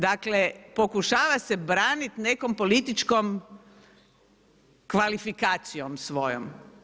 Dakle, pokušava se braniti nekom političkom kvalifikacijom svojom.